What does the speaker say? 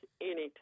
anytime